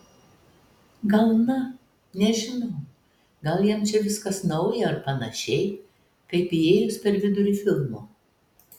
gal na nežinau gal jam čia viskas nauja ar panašiai kaip įėjus per vidurį filmo